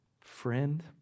friend